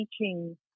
teaching